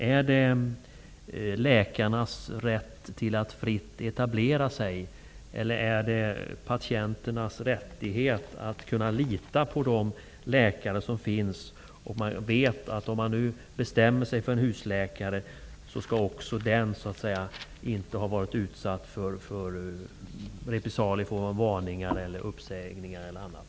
Är det läkarnas rätt att fritt etablera sig eller är det patienternas rättighet att kunna lita på de läkare som finns och att om de nu bestämmer sig för en husläkare, skall de veta att den läkare inte har varit utsatt för repressalier i form av varningar, uppsägning eller annat?